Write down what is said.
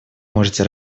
можете